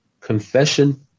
confession